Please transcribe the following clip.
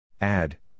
add